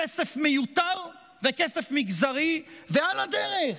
כסף מיותר וכסף מגזרי, ועל הדרך,